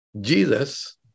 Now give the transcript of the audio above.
Jesus